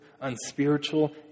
unspiritual